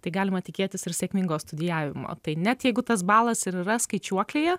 tai galima tikėtis ir sėkmingo studijavimo tai net jeigu tas balas ir yra skaičiuoklėje